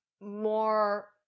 more